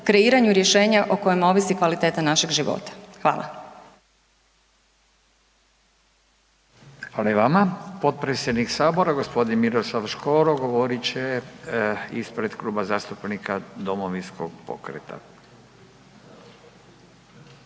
kreiranju rješenja o kojima ovisi kvaliteta našeg života. Hvala. **Radin, Furio (Nezavisni)** Hvala i vama. Potpredsjednik Sabora, g. Miroslav Škoro govorit će ispred Kluba zastupnika Domovinskog pokreta.